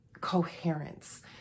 coherence